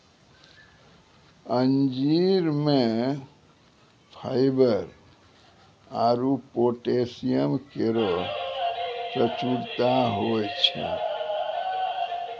अंजीर म फाइबर आरु पोटैशियम केरो प्रचुरता होय छै